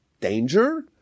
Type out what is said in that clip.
danger